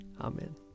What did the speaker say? Amen